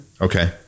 Okay